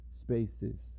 spaces